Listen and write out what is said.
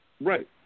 Right